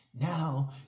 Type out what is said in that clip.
Now